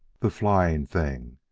the flying thing,